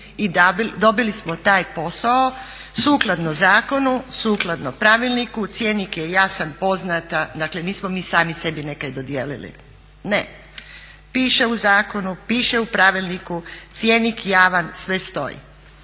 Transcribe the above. i dobili smo taj posao sukladno zakonu, sukladno pravilniku. Cjenik je jasan, poznata, dakle nismo mi sami sebi nekaj dodijelili. Ne. Piše u zakonu, piše u pravilniku, cjenik javan, sve stoji,